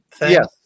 yes